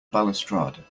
balustrade